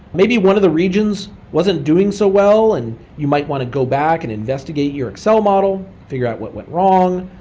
maybe one of the regions wasn't doing so well and you might want to go back and investigate your excel model, figure out what went wrong.